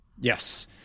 Yes